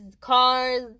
cars